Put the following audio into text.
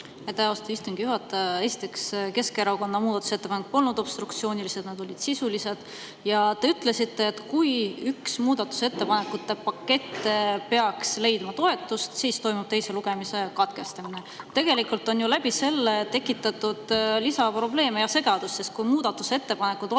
Esiteks, Keskerakonna muudatusettepanekud polnud obstruktsioonilised, nad olid sisulised. Te ütlesite, et kui üks muudatusettepanekute pakett peaks leidma toetust, siis teine lugemine katkestatakse. Tegelikult on ju sellega tekitatud lisaprobleeme ja segadust. Kui muudatusettepanekud oleksid